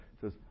says